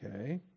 Okay